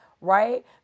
right